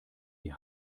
die